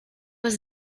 was